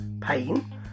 pain